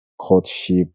courtship